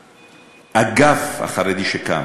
שהאגף החרדי שקם,